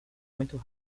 muito